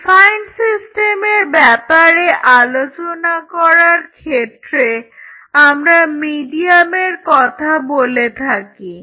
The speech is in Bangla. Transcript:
ডিফাইন্ড সিস্টেমের ব্যাপারে আলোচনা করার ক্ষেত্রে আমরা মিডিয়ামের কথা বলে থাকি